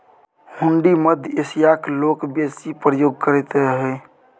हुंडी मध्य एशियाक लोक बेसी प्रयोग करैत रहय